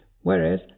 Whereas